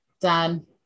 done